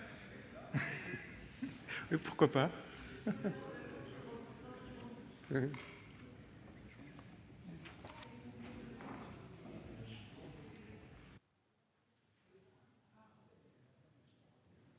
pourquoi pas ?